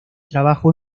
trabajo